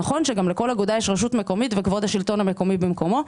נכון שגם לכל אגודה יש רשות מקומית וכבוד השלטון המקומי במקומו,